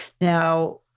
Now